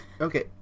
Okay